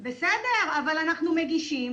בסדר, אבל אנחנו מגישים.